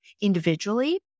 individually